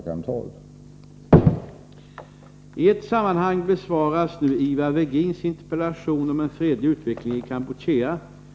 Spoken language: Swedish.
12.00.